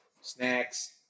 snacks